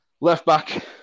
Left-back